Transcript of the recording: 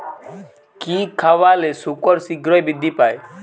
কি খাবালে শুকর শিঘ্রই বৃদ্ধি পায়?